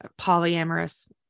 polyamorous